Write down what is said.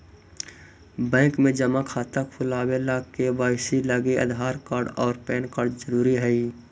bank में जमा खाता खुलावे ला के.वाइ.सी लागी आधार कार्ड और पैन कार्ड ज़रूरी हई